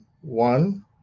one